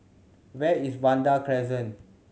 where is Vanda Crescent